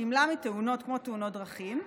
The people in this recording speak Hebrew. גמלה מתאונות כמו תאונות דרכים,